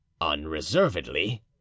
unreservedly